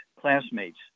classmates